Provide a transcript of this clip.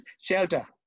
shelter